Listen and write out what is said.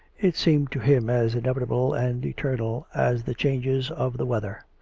it seemed to him as inevitable and eternal as the changes of the weather.